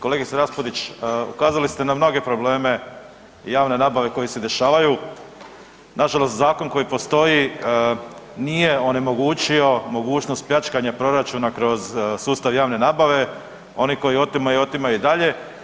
Kolegice RAspudić ukazali ste na mnoge probleme javne nabave koji se dešavaju, nažalost zakon koji postoji nije onemogućio mogućnost pljačkanja proračuna kroz sustav javne nabave, oni koji otimaju, otimaju i dalje.